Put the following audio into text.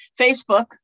Facebook